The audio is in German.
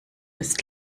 ist